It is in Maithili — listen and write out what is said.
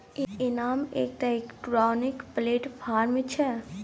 इनाम एकटा इलेक्ट्रॉनिक प्लेटफार्म छै